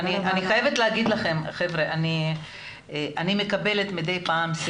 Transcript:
אני חייבת לומר לכם שמדי פעם אני מקבלת סרטונים